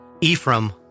Ephraim